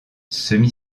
semi